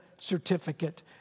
certificate